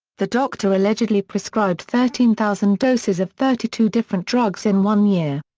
the doctor allegedly prescribed thirteen thousand doses of thirty two different drugs in one year.